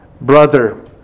brother